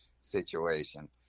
situation